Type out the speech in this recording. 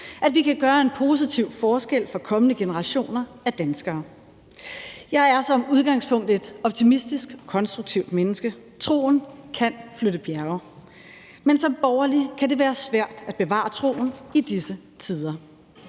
at vi kan gøre en positiv forskel for kommende generationer af danskere. Jeg er som udgangspunkt et optimistisk og konstruktivt menneske. Troen kan flytte bjerge. Men som borgerlig kan det være svært at bevare troen i disse tider.